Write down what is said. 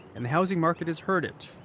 and the housing market's heard it.